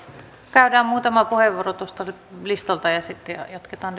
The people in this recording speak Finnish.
käydään muutama puheenvuoro tuosta nyt listalta ja sitten jatketaan